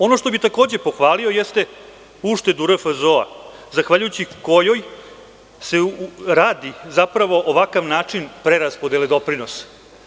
Ono što bih takođe pohvalio jeste uštedu RFZO zahvaljujući kojoj se radi zapravo ovakav način preraspodele doprinosa.